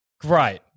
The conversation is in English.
Great